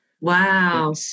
Wow